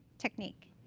technique.